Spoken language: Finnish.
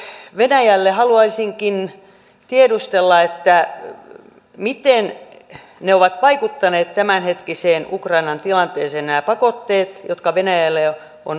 nämä pakotteet venäjälle haluaisinkin tiedustella miten ne ovat vaikuttaneet tämänhetkiseen ukrainan tilanteeseen nämä pakotteet jotka venäjälle on asetettu